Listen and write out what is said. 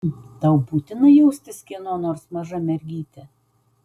tau būtina jaustis kieno nors maža mergyte